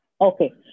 Okay